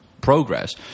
progress